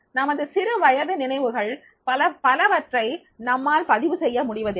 நமது சிறு வயது நினைவுகள் பலவற்றை நம்மால் பதிவு செய்ய முடிவதில்லை